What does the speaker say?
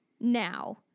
now